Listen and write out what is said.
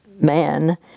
man